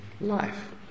life